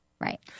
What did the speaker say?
Right